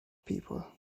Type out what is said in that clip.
people